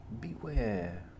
Beware